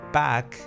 back